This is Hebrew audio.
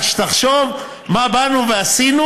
רק תחשוב מה באנו ועשינו,